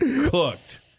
Cooked